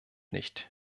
nicht